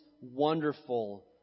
wonderful